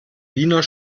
wiener